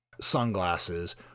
sunglasses